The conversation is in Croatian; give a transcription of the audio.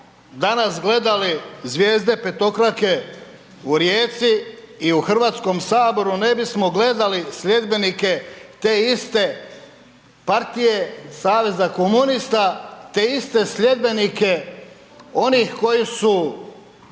danas gledali zvijezde petokrake u Rijeci i u HS ne bismo gledali sljedbenike te iste partije saveza komunista, te iste sljedbenike onih koji su